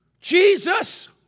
Jesus